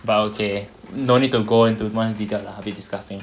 but okay no need to go into too much details lah a bit disgusting